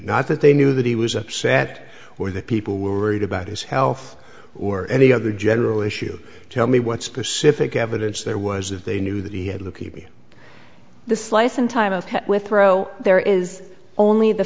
not that they knew that he was upset or that people were worried about his health or any other general issue tell me what specific evidence there was if they knew that he had leukemia the slice in time of withrow there is only the